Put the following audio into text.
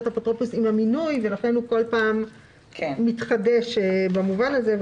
אפוטרופוס עם המינוי ולכן כל פעם הוא מתחדש במובן הזה.